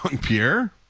Pierre